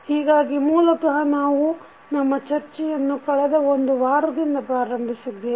ಹೀಗಾಗಿ ಮೂಲತಃ ನಾವು ನಮ್ಮ ಚರ್ಚೆಯನ್ನು ಕಳೆದ ಒಂದು ವಾರದಿಂದ ಪ್ರಾರಂಭಿಸಿದ್ದೇವೆ